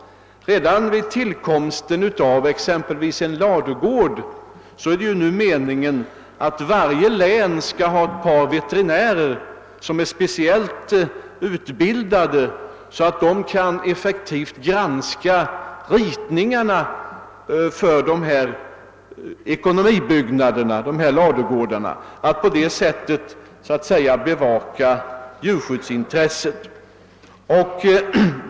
Redan vid tillkomsten av exempelvis en ladugård är det nu meningen att varje län skall ha ett par veterinärer som är specialutbildade för att effektivt kunna granska ritningarna till dessa ekonomibyggnader, alltså ladugårdarna, för att på det sättet bevaka djurskyddsintresset.